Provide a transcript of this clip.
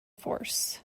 force